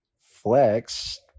flex